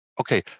Okay